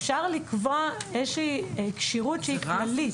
אפשר לקבוע איזושהי כשירות שהיא כללית.